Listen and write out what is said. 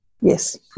Yes